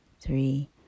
three